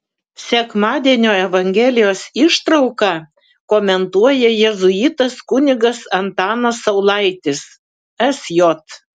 sekmadienio evangelijos ištrauką komentuoja jėzuitas kunigas antanas saulaitis sj